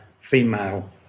female